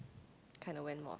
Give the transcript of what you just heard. kind of went more often